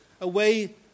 away